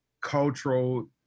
cultural